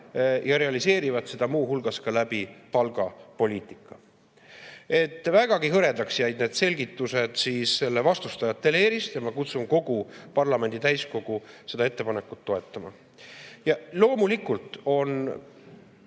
ja realiseerivad seda muu hulgas palgapoliitika kaudu. Nii et vägagi hõredaks jäid need selgitused vastustajate leerist ja ma kutsun kogu parlamendi täiskogu seda ettepanekut toetama. Loomulikult on